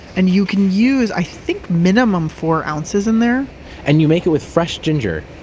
and you can use, i think minium, four ounces in there and you make it with fresh ginger,